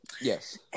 Yes